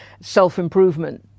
self-improvement